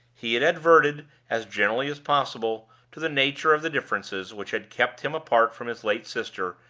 he had adverted, as generally as possible, to the nature of the differences which had kept him apart from his late sister,